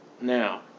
Now